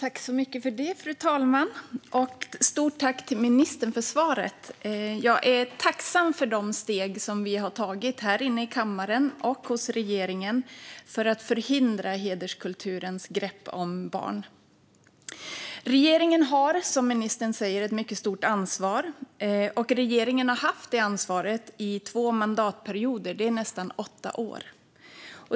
Fru talman! Stort tack till ministern för svaret! Jag är tacksam för de steg som har tagits här inne i kammaren och hos regeringen för att förhindra hederskulturens grepp om barn. Regeringen har, som ministern säger, ett mycket stort ansvar. Regeringen har haft det ansvaret i två mandatperioder och nästan åtta år.